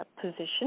position